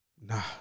nah